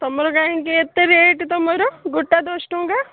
ତୁମର କାହିଁକି ଏତେ ରେଟ୍ ତୁମର ଗୋଟା ଦଶଟଙ୍କା